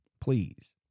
Please